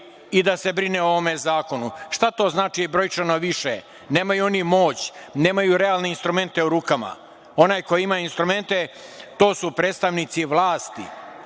i da se brine o ovom zakonu. Šta to znači brojčano više? Nemaju oni moć, nemaju realne instrumente u rukama. Onaj ko ima instrumente to su predstavnici vlasti,